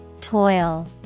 Toil